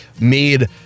made